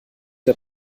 der